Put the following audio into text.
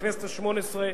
בכנסת השמונה-עשרה,